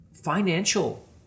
Financial